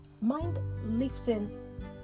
mind-lifting